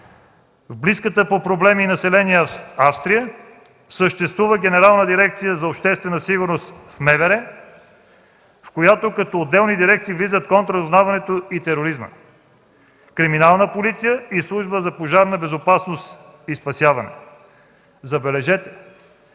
В близката по проблеми и население Австрия съществува Генерална дирекция за обществена сигурност в МВР, в която като отделни дирекции влизат контраразузнаването и тероризмът, Криминална полиция и Служба за пожарна безопасност и спасяване. Забележете,